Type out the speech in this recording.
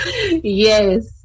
Yes